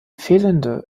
fehlende